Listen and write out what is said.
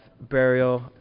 burial